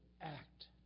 act